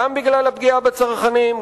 גם בגלל הפגיעה בצרכנים,